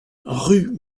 rue